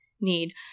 need